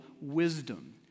wisdom